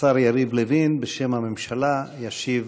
השר יריב לוין, בשם הממשלה, ישיב